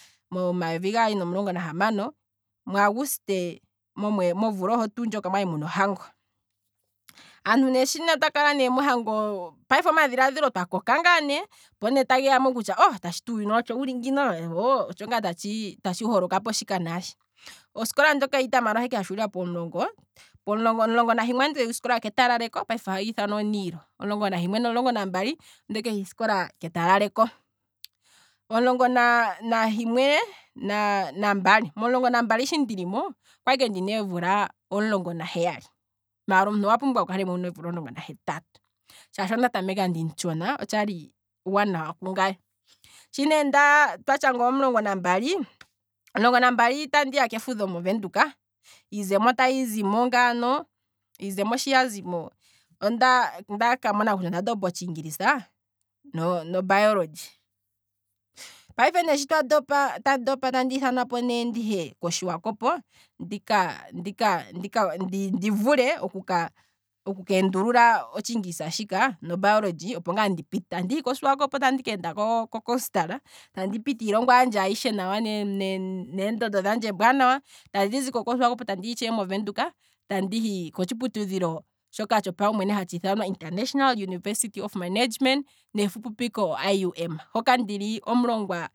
Momayovi gaali nomulongo nahamano mu aguste omvula oho tuu ndjoka, aantu sho ne twakalane mohango, payife omadhilaadhilo, twakoka ngaa ne, opo ne ta geyamo kutya hamba uuyuni otsho wuli ngino, otsho ngaa tshi holokapo shika naashi, osikola ndjika ha itamalo okwa liike hashuulila pomulongo, omulongo nahimwe andike gusikola ketalaleko payife ohahi ithanwa niilo, omulongo nahimwe nomulongo nambali andike gu sikola ketalaleko, omulongo nahimwe nomulongo nambali, omulongo nambali shi ndilimo, okwali ike ndina eemvula emvula omulongo naheyali, maala omuntu owa pumbwa wukale mo wuna eemvula omulongo nahetatu, shaashi onda tameka ndimutshona, otshali uuwanawa kungaye, sho ne ndatshanga omulongo nambali, omulongo nambali sho nda shanga, ondeya kefudho kovenduka, iizemo tayi zimo ngaano, iizemo sho yazimo ondaka mona kutya onda onda kamona kutya onda ndopa otshiingilisa nobiology payife sho twa, sho nda ndopa, tandi ithanwapo ne ndihe koshiwakopo ndika ndika ndika ndivule plu keendulula otshingilisa shik nobiology opo ngaa ndi pite, tehi koswakop andi keenda ko coastal, andi piti iilongwa yandje ayishe nawa ne- neendondo dhandje eembwanawa, andi ziko koswakop andiya itshewe movenduka, andihi kotshiputudhilo tshopawumwene shoka hatshi ithanwa international university of management, nefupipiko ium hoka ndili omulongwa